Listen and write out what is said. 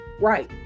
Right